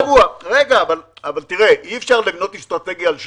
לא, אי-אפשר לבנות אסטרטגיה על שבוע.